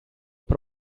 per